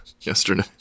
yesterday